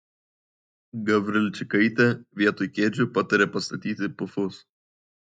gavrilčikaitė vietoje kėdžių patarė pastatyti pufus